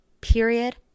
period